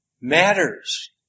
matters